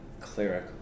cleric